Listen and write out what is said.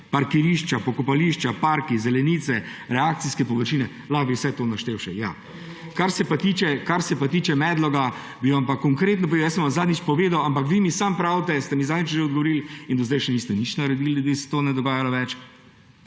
parkirišča, pokopališča, parki, zelenice, rekreacijske površine; lahko bi vse to naštel še, ja. Kar se pa tiče Medloga, bi vam pa konkretno povedal. Zadnjič sem vam povedal, ampak vi mi samo pravite, ste mi zadnjič že odgovorili, do zdaj še niste nič naredili, da se to ne bi več